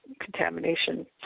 contamination